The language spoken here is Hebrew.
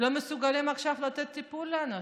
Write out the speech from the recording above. לא מסוגלים עכשיו לתת טיפול לאנשים.